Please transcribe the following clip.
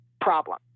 problem